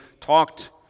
talked